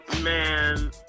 Man